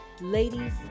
ladies